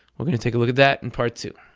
we're going to take a look at that in part two.